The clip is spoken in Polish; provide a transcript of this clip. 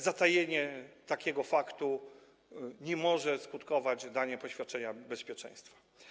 Zatajenie takiego faktu nie może skutkować daniem poświadczenia bezpieczeństwa.